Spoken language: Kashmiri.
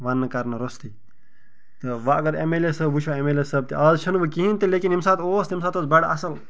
وننہٕ کَرنہٕ روٚستُے تہٕ وۄنۍ اَگر ایٚم ایٚل اے صٲب وُچھو ایٚم ایٚل اے صٲب تہِ آز چھُنہٕ وۄنۍ کِہیٖنۍ تہِ لیکن ییٚمہِ ساتہٕ اوس تَمہِ ساتہٕ اوس بَڑٕ اصٕل